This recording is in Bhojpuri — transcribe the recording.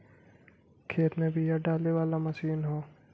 खेत में बिया डाले वाला मशीन हौ